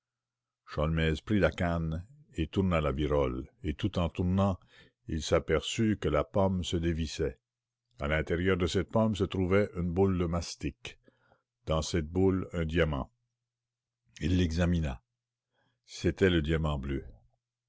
prit la canne et tourna la virole et tout en tournant il s'aperçut que la pomme se dévissait à l'intérieur de cette pomme se trouvait une boule de mastic dans cette boule un diamant il l'examina c'était le diamant bleu